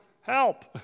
Help